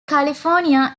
california